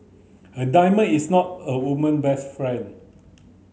a diamond is not a woman best friend